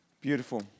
Beautiful